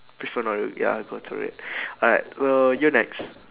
please hold on ya got to read alright so you next